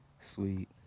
Sweet